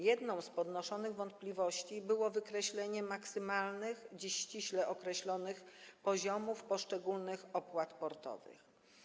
Jedną z podnoszonych wątpliwości dotyczyła wykreślenia maksymalnych, dziś ściśle określonych poziomów poszczególnych opłat portowych.